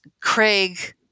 Craig